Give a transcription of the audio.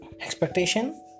expectation